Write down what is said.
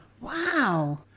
Wow